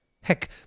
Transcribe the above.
Heck